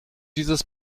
dieses